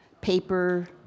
paper